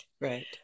Right